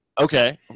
Okay